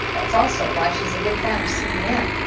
that's also why she is a big fan of cbn.